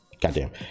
Goddamn